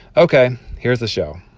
ok. here's a show